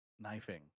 Knifing